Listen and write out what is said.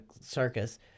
circus